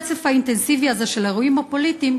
עם כל הרצף האינטנסיבי הזה של האירועים הפוליטיים